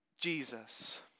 Jesus